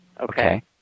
Okay